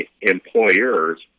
employers